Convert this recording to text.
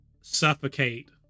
suffocate